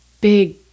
big